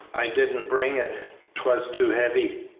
i didn't bring it twas too heavy!